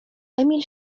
emil